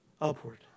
upward